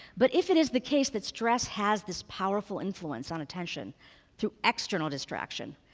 but if it is the case that stress has this powerful influence on attention through external distraction,